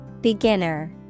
Beginner